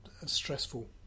Stressful